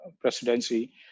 presidency